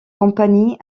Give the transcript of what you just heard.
compagnie